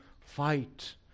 fight